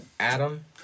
Adam